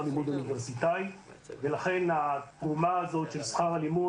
לימוד אוניברסיטאי ולכן התרומה הזאת של שכר הלימוד,